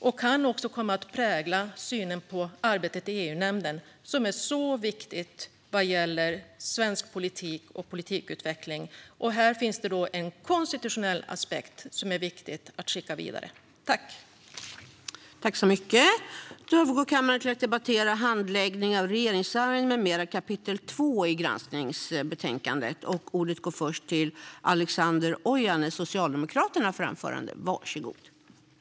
Det kan också komma att prägla synen på arbetet i EU-nämnden, som är mycket viktigt vad gäller svensk politik och politikutveckling. Här finns det en konstitutionell aspekt som det är viktigt att skicka vidare. Handläggning av regeringsärenden m.m.